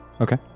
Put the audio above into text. Okay